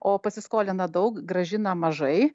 o pasiskolina daug grąžina mažai